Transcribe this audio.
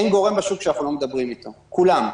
אין גורם בשוק שאנחנו לא מדברים איתו, כולם.